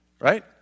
right